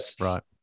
Right